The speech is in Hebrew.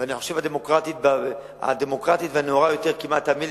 ואני חושב שהדמוקרטית והנאורה ביותר כמעט בעולם